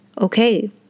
Okay